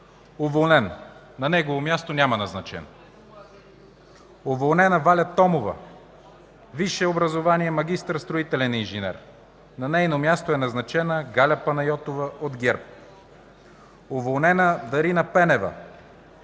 уволнен; на негово място няма назначен; - уволнена Валя Томова – висше образование, магистър, строителен инженер; на нейно място е назначена Галя Панайотова от ГЕРБ; - уволнена Дарина Пенева